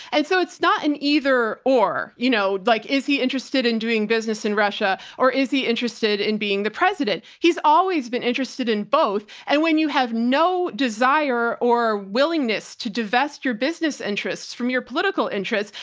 and so it's not an either or, you know, like is he interested in doing business in russia or is he interested in being the president? he's always been interested in both. and when you have no desire or willingness to divest your business interests from your political interests,